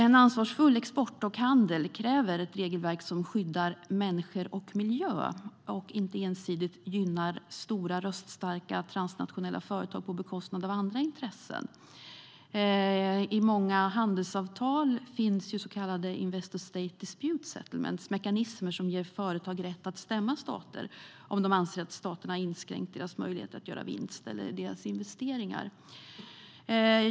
En ansvarsfull export och handel kräver ett regelverk som skyddar människor och miljö och inte ensidigt gynnar stora röststarka transnationella företag på bekostnad av andra intressen. I många handelsavtal finns så kallade investor state dispute settlements, mekanismer som ger företag rätt att stämma stater om de anser att staterna har inskränkt deras möjligheter att göra vinst eller deras investeringar.